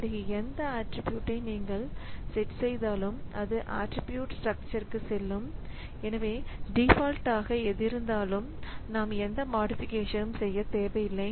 பிறகு எந்த ஆட்ரிபியூட்டை நீங்கள் செட் செய்தாலும் அது ஆட்ரிபியூட் ஸ்ட்ரக்சர்க்கு செல்லும் எனவே டிஃபால்ட் ஆக எது இருந்தாலும் நாம் எந்த மாடிஃபிகேஷன் செய்யத் தேவையில்லை